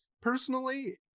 personally